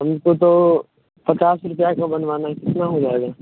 हमको तो पचास रुपया का बनवाना है कितना हो जाएगा